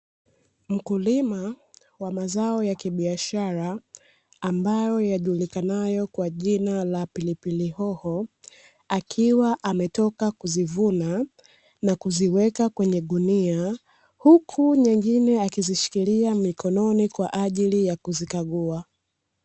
Mkulima wa mazao ya kibiashara ambayo yajulikanayo kwa jina la pilipili hoho, akiwa ametoka kuzivuna na kuziweka kwenye gunia, huku nyingine akizishikilia mikononi kwa ajili ya kuzikagua.